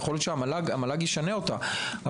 יכול להיות שהמל"ג ישנה אותה,